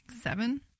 Seven